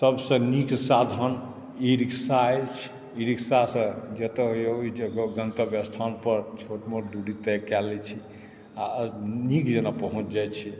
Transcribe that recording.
सभसँ नीक साधन ई रिक्सा अछि ई रिक्सासँ जतए ओहि जगह गन्तवय स्थानपर छोटमोट दूरी तय कए लैत छी आओर नीक जेना पहुँच जाइत छी